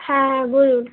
হ্যাঁ হ্যাঁ বলুন